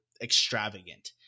extravagant